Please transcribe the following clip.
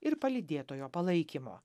ir palydėtojo palaikymu